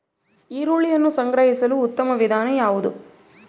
ಈರುಳ್ಳಿಯನ್ನು ಸಂಗ್ರಹಿಸಲು ಉತ್ತಮ ವಿಧಾನ ಯಾವುದು?